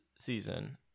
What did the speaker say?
season